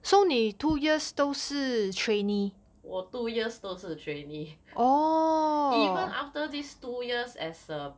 我 two years 都是 trainee even after these two years as a